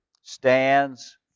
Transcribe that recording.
stands